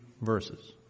verses